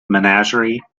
menagerie